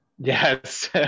Yes